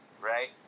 right